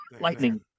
lightning